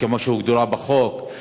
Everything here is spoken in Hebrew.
כמו שהוגדר בחוק,